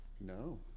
No